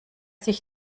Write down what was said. sich